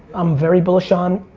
i'm very bullish on.